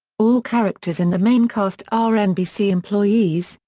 all characters in the main cast are nbc employees,